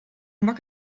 einen